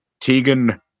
Tegan